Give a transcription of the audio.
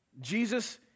Jesus